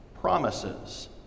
promises